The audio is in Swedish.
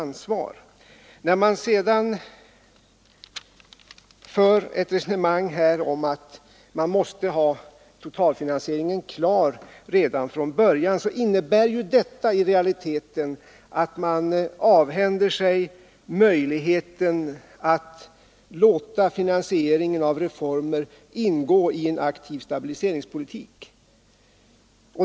När man sedan för ett resonemang om att man måste ha totalfinansieringen klar redan från början, så innebär detta i realiteten att man avhänder sig möjligheten att låta finansieringen av reformer ingå i en aktiv stabiliseringspolitik.